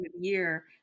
year